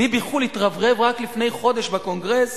ביבי-חו"ל התרברב רק לפני חודש בקונגרס